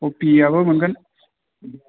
खफियाबो मोनगोन